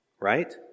right